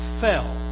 fell